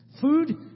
Food